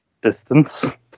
distance